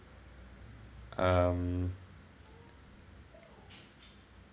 um